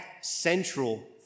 central